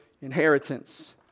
inheritance